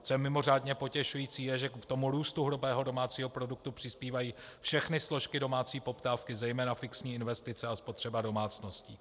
Co je mimořádně potěšující, je, že k růstu hrubého domácího produktu přispívají všechny složky domácí poptávky, zejména fixní investice a spotřeba domácností.